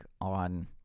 on